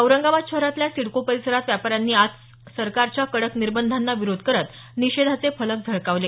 औरंगाबाद शहरातल्या सिडको परिसरात व्यापाऱ्यांनी आज सरकारच्या कडक निर्बंधांना विरोध करत निषेधाचे फलक झळकावले